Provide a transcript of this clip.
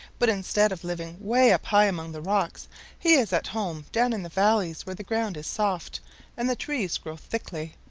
but instead of living way up high among the rocks he is at home down in the valleys where the ground is soft and the trees grow thickly.